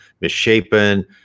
misshapen